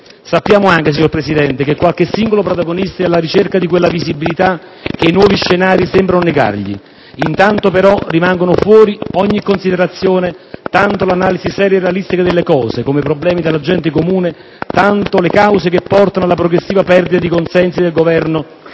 Sappiamo anche, signor Presidente, che qualche singolo protagonista è alla ricerca di quella visibilità che i nuovi scenari sembrano negargli. Intanto, però, rimangono fuori da ogni considerazione tanto l'analisi seria e realistica delle cose (come i problemi della gente comune), tanto la cause che portano alla progressiva perdita di consensi del Governo